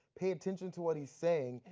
pay attention to what he's saying,